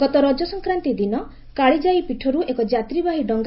ଗତ ରଜ ସଂକ୍ରାନ୍ତି ଦିନ କାଳିଜାଇ ପୀଠର୍ ଏକ ଯାତ୍ରୀବାହୀ ଡଙ୍ଗ